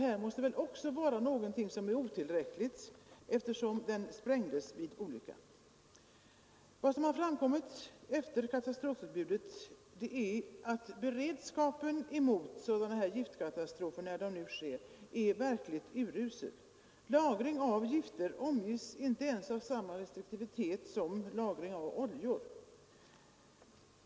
Här måste väl också någonting ha varit otillräckligt, eftersom den sprängdes vid olyckan. Vad som har framkommit efter katastroftillbudet är att beredskapen emot sådana här giftkatastrofer, när de nu sker, är verkligt usel. Lagring av gifter omges inte ens av samma restriktivitet som lagring av oljor.